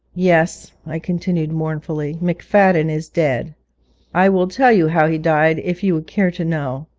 yes, i continued mournfully, mcfadden is dead i will tell you how he died if you would care to know.